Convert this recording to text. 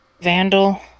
Vandal